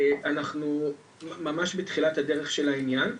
אנחנו ממש בתחילת הדרך של הענין.